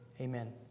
Amen